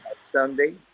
Sunday